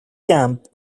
camp